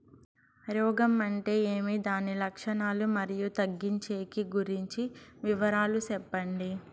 రోగం అంటే ఏమి దాని లక్షణాలు, మరియు తగ్గించేకి గురించి వివరాలు సెప్పండి?